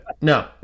No